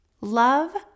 Love